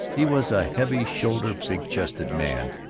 he was a heavy-shouldered, big-chested man,